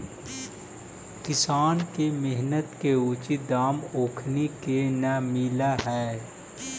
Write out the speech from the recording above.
किसान के मेहनत के उचित दाम ओखनी के न मिलऽ हइ